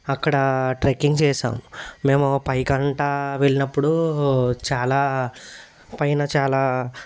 అక్కడ ట్రెక్కింగ్ చేసాం మేము పైకంటా వెళ్ళినప్పుడు చాలా పైన చాలా